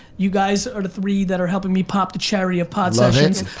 you guys are the three that are helping me pop the cherry of podsessions.